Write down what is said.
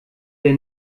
der